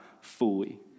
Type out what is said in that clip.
fully